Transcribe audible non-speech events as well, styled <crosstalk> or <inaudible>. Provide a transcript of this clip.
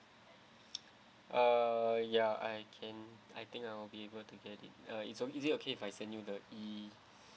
uh ya I can I think I will be able to get it uh is o~ is it okay if I send you the E <breath>